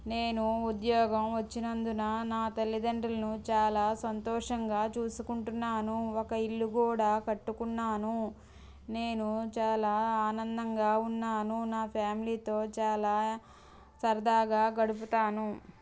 నేను ఉద్యోగం వచ్చినందున నా తల్లిదండ్రలను చాలా సంతోషంగా చూసుకుంటున్నాను ఒక ఇల్లు కూడా కట్టుకున్నాను నేను చాలా ఆనందంగా ఉన్నాను నా ఫ్యామిలీతో చాలా సరదాగా గడుపుతాను